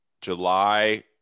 july